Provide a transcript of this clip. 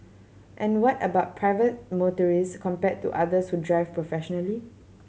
and what about private motorist compared to others who drive professionally